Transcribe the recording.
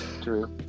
true